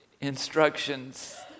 instructions